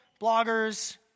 bloggers